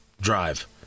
Drive